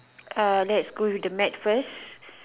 err let's go with the mat first